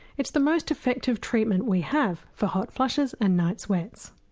it's the most effective treatment we have for hot flushes and night sweats.